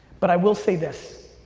but i will say this.